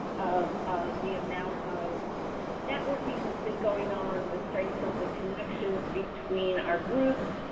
of of the amount of networking that's been going on, the strengths of the connections between our groups.